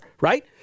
Right